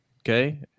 okay